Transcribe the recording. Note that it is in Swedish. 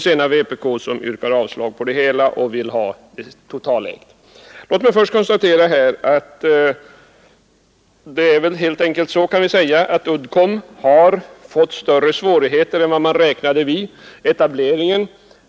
Sedan är det vpk som yrkar avslag på alltihop och som vill att Uddcomb helt skall överföras i statens ägo. Låt mig först konstatera att det väl helt enkelt är så, att Uddcomb fått större svårigheter än man räknat med vid etableringen.